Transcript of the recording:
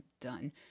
done